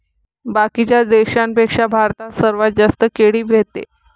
बाकीच्या देशाइंपेक्षा भारतात सर्वात जास्त केळी व्हते